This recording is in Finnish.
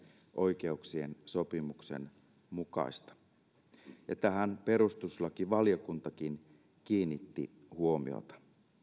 oikeuksien sopimuksen mukaista ja tähän perustuslakivaliokuntakin kiinnitti huomiota